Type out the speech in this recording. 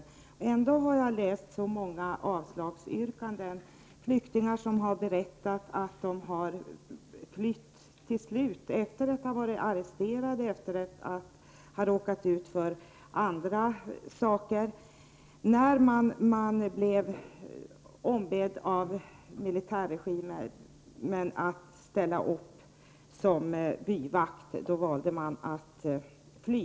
Trots detta har jag läst många avslagsyrkanden för flyktingar som har berättat att de till slut har flytt efter att ha varit arresterade och råkat ut för andra saker. När de blev ombedda av militärregimen att ställa upp som byvakter valde de att fly.